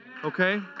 Okay